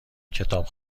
کتاب